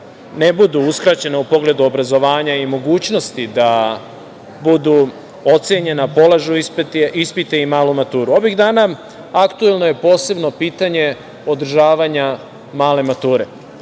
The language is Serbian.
ne budu uskraćena u pogledu obrazovanja i mogućnosti da budu ocenjena, polažu ispite i malu maturu. Ovih dana aktuelno je posebno pitanje održavanja male mature,